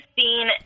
seen